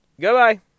Goodbye